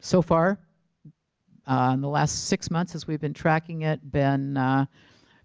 so far in the ladt six months as we've been tracking it been